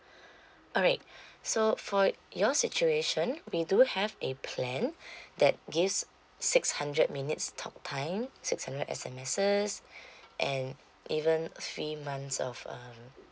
alright so for your situation we do have a plan that gives six hundred minutes talk time six hundred S_M_Ses and even three months of um